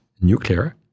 nuclear